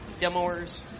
demoers